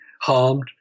harmed